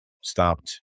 stopped